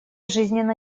жизненно